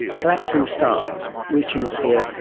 collapsing stars reaching us here,